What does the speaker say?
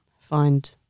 find